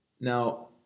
Now